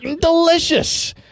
delicious